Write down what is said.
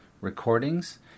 recordings